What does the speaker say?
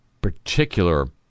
particular